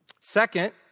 Second